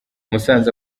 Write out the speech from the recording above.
musanze